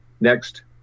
Next